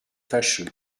fâcheux